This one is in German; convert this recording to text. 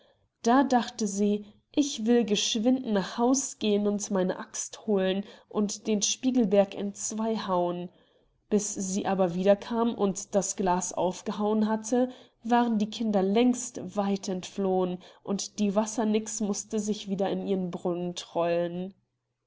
da dachte sie ich will geschwind nach haus gehen und meine axt holen und den spiegelberg entzwei hauen bis sie aber wieder kam und das glas aufgehauen hatte waren die kinder längst weit entflohen und die wassernix mußte sich wieder in ihren brunnen trollen